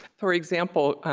for example,